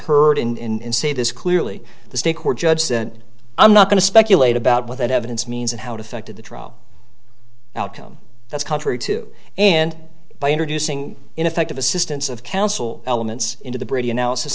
heard in say this clearly the state court judge said i'm not going to speculate about what that evidence means and how it affected the trial outcome that's contrary to and by introducing ineffective assistance of counsel elements into the brady analysis